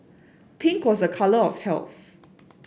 pink was a colour of health